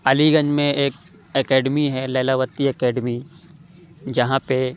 علی گنج میں ایک اکیڈمی ہے لیلاوتی اکیڈمی جہاں پہ